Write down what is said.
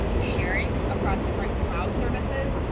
sharing across different cloud services.